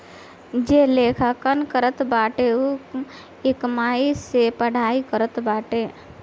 जे लेखांकन करत बाटे उ इकामर्स से पढ़ाई करत बाटे